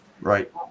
Right